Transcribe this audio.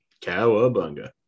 Cowabunga